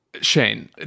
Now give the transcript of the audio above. Shane